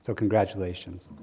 so congratulations.